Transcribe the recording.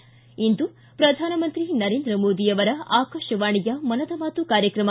ಿ ಇಂದು ಪ್ರಧಾನಮಂತ್ರಿ ನರೇಂದ್ರ ಮೋದಿ ಅವರ ಆಕಾಶವಾಣಿಯ ಮನದ ಮಾತು ಕಾರ್ಯಕ್ರಮ